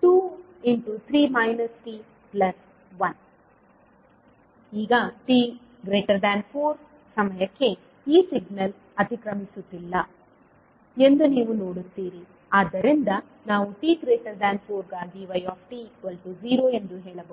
t1 ಈಗ t4 ಸಮಯಕ್ಕೆ ಈಗ ಸಿಗ್ನಲ್ ಅತಿಕ್ರಮಿಸುತ್ತಿಲ್ಲ ಎಂದು ನೀವು ನೋಡುತ್ತೀರಿ ಆದ್ದರಿಂದ ನಾವು t4 ಗಾಗಿ yt0 ಎಂದು ಹೇಳಬಹುದು